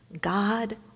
God